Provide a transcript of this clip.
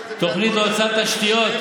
תוכנית להקצאת תשתיות,